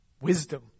Wisdom